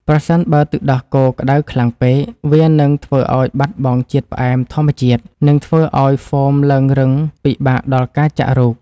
ប្រសិនបើទឹកដោះគោក្តៅខ្លាំងពេក វានឹងធ្វើឱ្យបាត់បង់ជាតិផ្អែមធម្មជាតិ និងធ្វើឱ្យហ្វូមឡើងរឹងពិបាកដល់ការចាក់រូប។